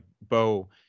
Bo